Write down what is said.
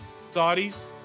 Saudis